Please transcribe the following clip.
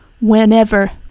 whenever